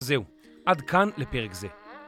זהו, עד כאן לפרק זה.